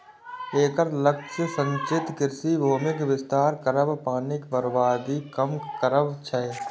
एकर लक्ष्य सिंचित कृषि भूमिक विस्तार करब, पानिक बर्बादी कम करब छै